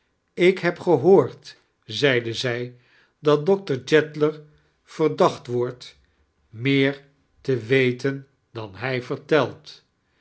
ik hefo gehooird zeide zij dat doctor jeddler verdacht wordt meer te weten dan hij vertelt